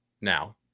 now